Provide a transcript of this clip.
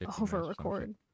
over-record